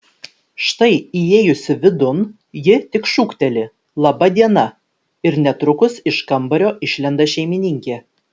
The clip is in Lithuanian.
štai įėjusi vidun ji tik šūkteli laba diena ir netrukus iš kambario išlenda šeimininkė